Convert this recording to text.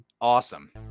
Awesome